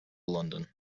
london